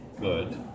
good